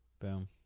boom